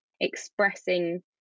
expressing